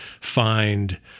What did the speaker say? find